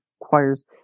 requires